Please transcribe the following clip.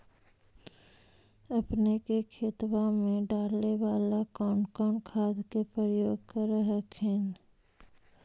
अपने के खेतबा मे डाले बाला कौन कौन खाद के उपयोग कर हखिन?